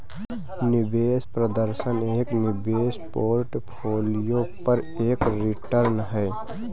निवेश प्रदर्शन एक निवेश पोर्टफोलियो पर एक रिटर्न है